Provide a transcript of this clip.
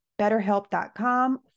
BetterHelp.com